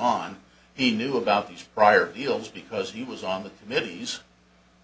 on he knew about these prior deals because he was on the committees